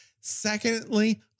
Secondly